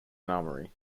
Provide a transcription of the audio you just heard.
armory